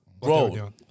Bro